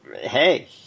hey